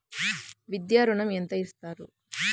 విద్యా ఋణం ఎంత ఇస్తారు?